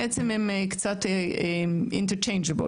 הם קצת interchangeable,